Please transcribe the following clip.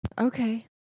Okay